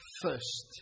first